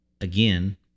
again